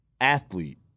athlete